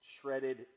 shredded